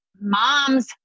moms